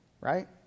right